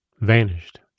vanished